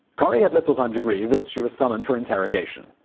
corrie had little time to grieve as she was summoned for interrogation.